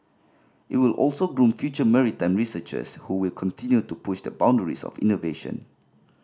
it will also groom future maritime researchers who will continue to push the boundaries of innovation